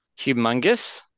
humongous